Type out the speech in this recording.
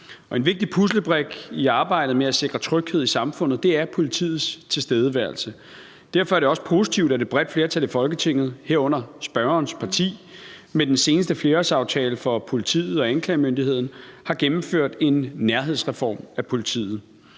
en vigtig puslebrik i arbejdet med at sikre tryghed i samfundet, er politiets tilstedeværelse. Derfor er det også positivt, at et bredt flertal i Folketinget, herunder spørgerens parti, med den seneste flerårsaftale for politiet og anklagemyndigheden har gennemført en nærhedsreform af politiet.